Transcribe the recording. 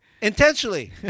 Intentionally